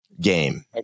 game